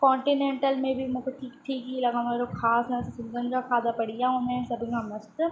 continental में बि मूंखे ठीकु ठीकु ई लॻंदो आहे एॾो ख़ासि न असां सिंधियुनि जा खाधा बढ़िया हूंदा आहिनि सभिनि खां मस्तु